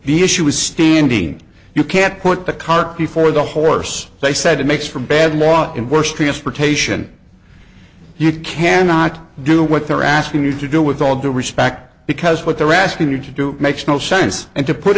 the issue is standing you can't put the cart before the horse they said it makes for bad law and worse transportation you cannot do what they're asking you to do with all due respect because what they're asking you to do makes no sense and to put